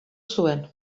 zuen